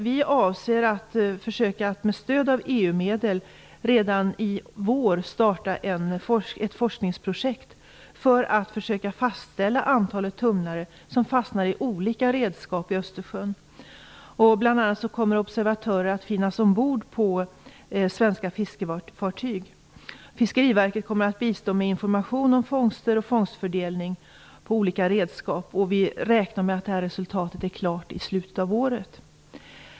Vi avser att försöka med stöd av EU medel redan i vår starta ett forskningsprojekt för att försöka fastställa antalet tumlare som fastnar i olika redskap i Östersjön. Bl.a. kommer observatörer att finnas ombord på svenska fiskefartyg. Fiskeriverket kommer att bistå med information om fångster och fångstfördelning på olika redskap. Vi räknar med att resultatet är klart i slutet av året.